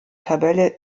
tabelle